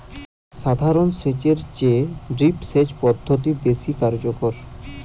সাধারণ সেচ এর চেয়ে ড্রিপ সেচ পদ্ধতি বেশি কার্যকর